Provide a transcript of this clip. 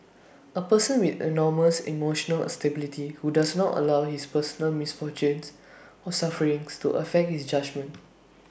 A person with enormous emotional stability who does not allow his personal misfortunes or sufferings to affect his judgement